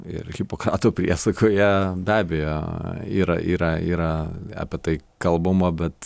ir hipokrato priesaikoje be abejo yra yra yra apie tai kalbama bet